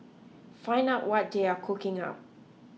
find out what they are cooking up